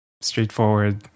straightforward